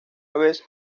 vez